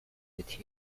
with